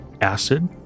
Acid